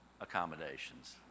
accommodations